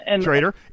Trader